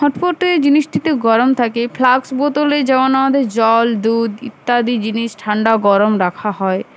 হটপটে জিনিসটিতে গরম থাকে ফ্লাক্স বোতলে যেমন আমাদের জল দুধ ইত্যাদি জিনিস ঠান্ডা গরম রাখা হয়